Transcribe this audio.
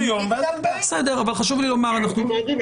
אנחנו נגיד,